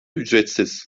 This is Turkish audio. ücretsiz